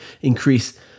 increase